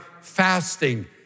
fasting